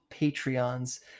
Patreons